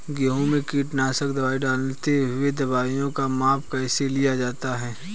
गेहूँ में कीटनाशक दवाई डालते हुऐ दवाईयों का माप कैसे लिया जाता है?